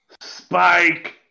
Spike